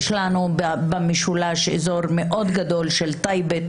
יש במשולש אזור מאוד גדול של טייבה,